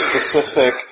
specific